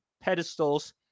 pedestals